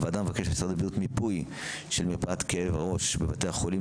הוועדה מבקשת ממשרד הבריאות מיפוי של מרפאת כאב הראש בבתי החולים,